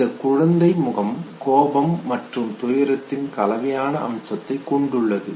அந்த குழந்தை முகம் கோபம் மற்றும் துயரத்தின் கலவையான அம்சத்தைக் கொண்டுள்ளது